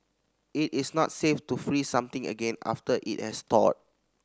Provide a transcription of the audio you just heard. it is not safe to freeze something again after it has thawed